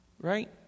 Right